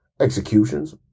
executions